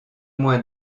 moins